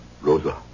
Rosa